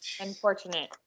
unfortunate